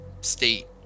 state